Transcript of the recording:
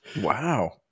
Wow